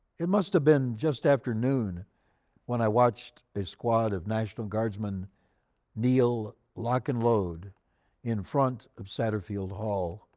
it must have been just afternoon when i watched a squad of national guardsmen kneel lock and load in front of satterfield hall.